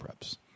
preps